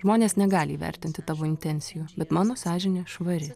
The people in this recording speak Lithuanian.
žmonės negali įvertinti tavo intencijų bet mano sąžinė švari